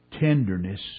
tenderness